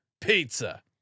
pizza